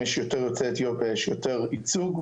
יש יותר יוצאי אתיופיה יש יותר ייצוג,